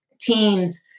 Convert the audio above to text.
teams